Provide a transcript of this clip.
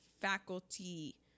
faculty